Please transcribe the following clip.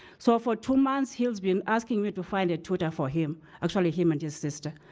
so for two months he's been asking me to find a tutor for him, actually him and his sister.